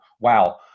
Wow